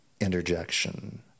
interjection